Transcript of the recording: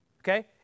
Okay